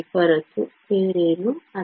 ಹೊರತು ಬೇರೇನೂ ಅಲ್ಲ